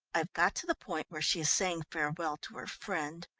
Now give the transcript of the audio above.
i've got to the point where she is saying farewell to her friend.